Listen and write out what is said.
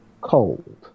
Cold